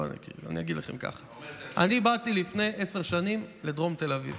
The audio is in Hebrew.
אני אגיד לכם כך: אני באתי לפני עשר שנים לדרום תל אביב,